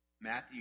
Matthew